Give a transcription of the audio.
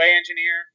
engineer